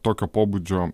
tokio pobūdžio